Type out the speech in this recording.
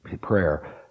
prayer